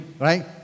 right